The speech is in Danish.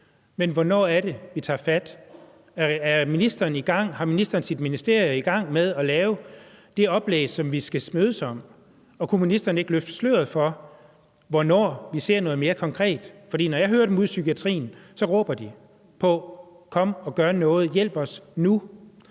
men hvornår er det, vi tager fat? Er ministeren i gang? Har ministeren sit ministerie i gang med at lave det oplæg, som vi skal mødes om? Og kunne ministeren ikke løfte sløret for, hvornår vi ser noget mere konkret? For når jeg hører dem ude i psykiatrien, råber de: Kom og gør noget, hjælp os nu.